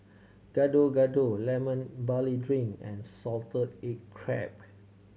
Gado Gado Lemon Barley Drink and salted egg crab